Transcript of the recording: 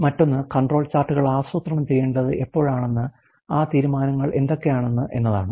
മറ്റൊന്ന് control ചാർട്ടുകൾ ആസൂത്രണം ചെയ്യേണ്ടത് എപ്പോഴാണെന്ന് ആ തീരുമാനങ്ങൾ എന്തൊക്കെയാണ് എന്നതാണ്